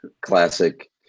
Classic